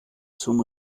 zum